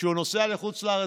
וכשהוא נוסע לחוץ לארץ,